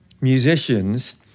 musicians